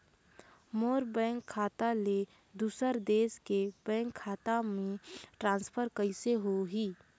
मोर bank खाता ले दुसर देश के बैंक खाता मे ट्रांसफर कइसे होही?